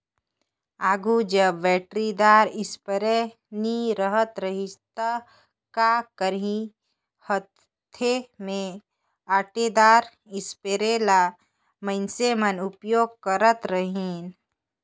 आघु जब बइटरीदार इस्पेयर नी रहत रहिस ता का करहीं हांथे में ओंटेदार इस्परे ल मइनसे मन उपियोग करत रहिन